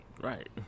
right